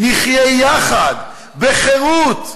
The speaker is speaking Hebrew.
נחיה יחד בחירות,